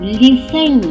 listen